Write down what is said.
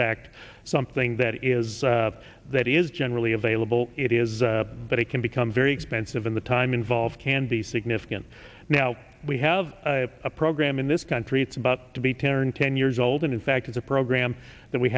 fact something that is that is generally available it is but it can become very expensive in the time involved can be significant now we have a program in this country it's about to be turned ten years old and in fact is a program that we